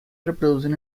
reproducen